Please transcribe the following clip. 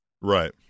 Right